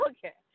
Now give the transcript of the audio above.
Okay